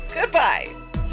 goodbye